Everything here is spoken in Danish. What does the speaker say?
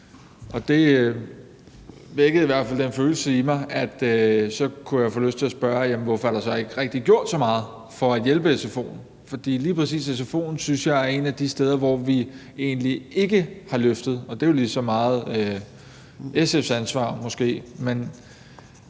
det vækkede i hvert fald den følelse i mig, at jeg så kunne få lyst til at spørge, hvorfor der ikke rigtig er gjort så meget for at hjælpe sfo'en. For lige præcis sfo'en synes jeg er et af de steder, hvor vi egentlig ikke har løftet, og det er jo måske lige så meget SF's ansvar.